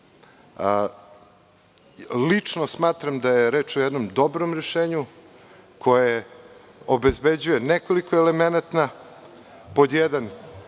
smatram da je reč o jednom dobrom rešenju koje obezbeđuje nekoliko elemenata. Pod jedan,